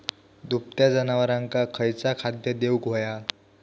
दुभत्या जनावरांका खयचा खाद्य देऊक व्हया?